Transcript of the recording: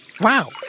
Wow